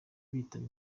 bitaba